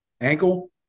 Ankle